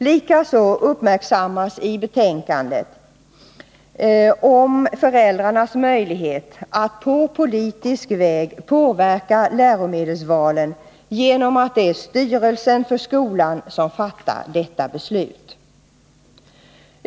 Likaså uppmärksammas i betänkandet föräldrarnas möjlighet att på politisk väg påverka läromedelsvalen, eftersom det är styrelsen för skolan som fattar beslut om antagande av läromedel.